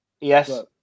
Yes